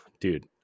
dude